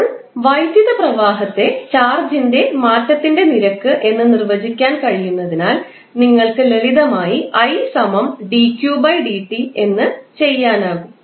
ഇപ്പോൾ വൈദ്യുത പ്രവാഹത്തെ ചാർജിന്റെ മാറ്റത്തിൻറെ നിരക്ക് എന്ന് നിർവചിക്കാൻ കഴിയുന്നതിനാൽ നിങ്ങൾക്ക് ലളിതമായി I dq dt എന്ന് ചെയ്യാനാകും